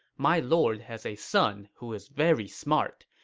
my lord has a son who is very smart.